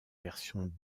version